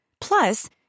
Plus